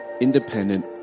independent